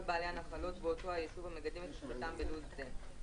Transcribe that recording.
בעלי הנחלות באותו היישוב המגדלים את מכסתם בלול זה,